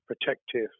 protective